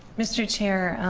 mr. chair,